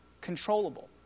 controllable